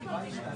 מה הציפיה,